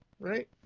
Right